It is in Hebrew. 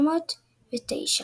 ב-1909.